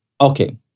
okay